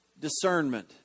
discernment